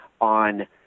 on